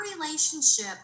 relationship